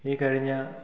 ഈ കഴിഞ്ഞ